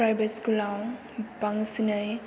private स्कुलाव बांसिनै